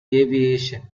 aviation